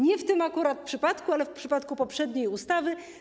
Nie w tym akurat przypadku, ale w przypadku poprzedniej ustawy.